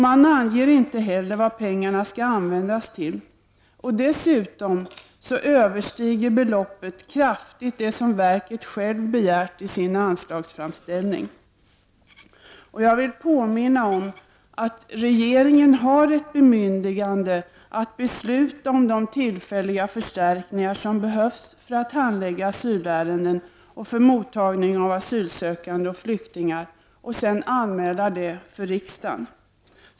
Man anger inte heller vad pengarna skall användas till. Dessutom överstiger beloppet kraftigt det belopp som verket självt begärt i sin anslagsframställning. Jag vill påminna om att regeringen har ett bemyndigande att besluta om de tillfälliga förstärkningar som behövs för att handlägga asylärenden och för att ta emot asylsökande och flyktingar. Sådana åt gärder skall därefter anmälas för riksdagen.